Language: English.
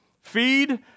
Feed